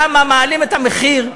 למה מעלים את המחיר,